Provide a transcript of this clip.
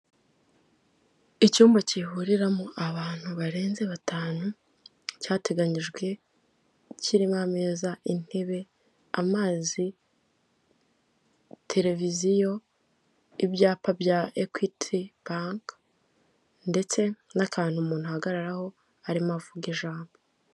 Icyumba kihuriramo abantu barenze batanu, cyateganijwe kiririmo ameza, intebe, amazi, televiziyo, ibyapa bya ekwiti bank ndetse n'akantu umuntu ahagararaho arimo avuga ijambo.